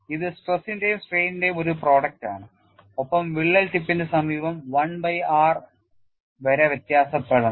ഇത് സ്ട്രെസ്സിന്റെയും സ്ട്രെയ്നിന്റെയും ഒരു പ്രോഡക്റ്റാണ് ഒപ്പം വിള്ളൽ ടിപ്പിന് സമീപം 1 ബൈ r വരെ വ്യത്യാസപ്പെടണം